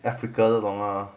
africa 大啊